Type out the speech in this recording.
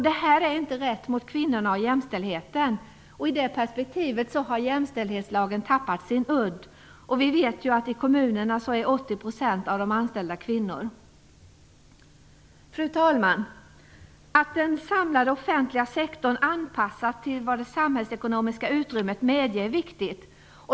Detta är inte rätt mot kvinnorna och jämställdheten. I det perspektivet har jämställdhetslagen tappat sin udd. Vi vet att 80 % av de anställda i kommunerna är kvinnor. Fru talman! Att den samlade offentliga sektorn anpassas till vad det samhällsekonomiska utrymmet medger är viktigt.